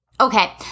Okay